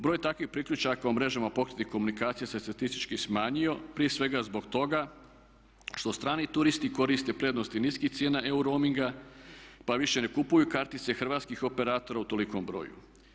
Broj takvih priključaka u mrežama pokretnih komunikacija se statistički smanjio prije svega zbog toga što strani turisti koriste prednosti niskih cijena EU roaminga pa više ne kupuju kartice hrvatskih operatora u tolikom broju.